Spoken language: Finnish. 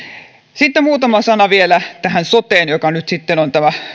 sitten muutama sana vielä tähän soteen joka nyt sitten on tämä